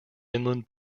inland